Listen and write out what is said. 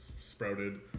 sprouted